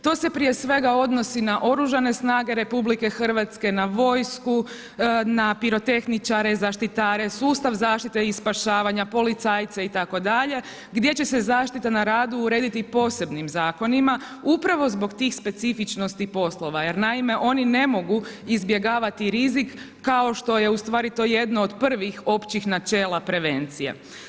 To se prije svega odnosi na Oružane snage RH, na vojsku, na pirotehničare, zaštitare, sustav zaštite i spašavanja, policajce itd., gdje će se zaštita na radu urediti posebnim zakonima upravo zbog tih specifičnosti poslova jer naime oni ne mogu izbjegavati rizik kao što je u stvari to jedno od prvih općih načela prevencije.